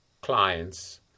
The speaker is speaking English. clients